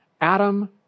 Adam